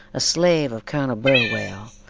a slave of colonel burwell,